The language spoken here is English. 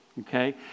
Okay